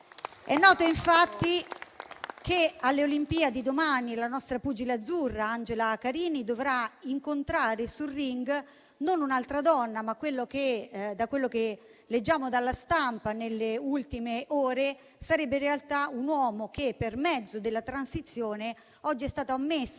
È noto, infatti, che alle Olimpiadi, domani la nostra pugile azzurra Angela Carini, dovrà incontrare sul ring non un'altra donna, ma - da quello che leggiamo sulla stampa nelle ultime ore - un uomo che, per mezzo della transizione, oggi è stato ammesso a